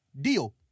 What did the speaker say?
deal